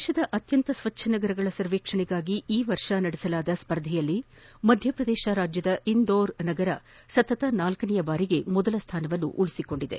ದೇತದ ಅತ್ಯಂತ ಸ್ವಚ್ಛ ನಗರಗಳ ಸರ್ವೇಕ್ಷಣೆಗಾಗಿ ಈ ವರ್ಷ ನಡೆಸಲಾದ ಸ್ಪರ್ಧೆಯಲ್ಲಿ ಮಧ್ವಪ್ರದೇತದ ಇಂಧೋರ್ ನಗರ ಸತತ ನಾಲ್ಲನೇಯ ಬಾರಿಗೆ ಮೊದಲ ಸ್ಥಾನವನ್ನು ಪಡೆದುಕೊಂಡಿದೆ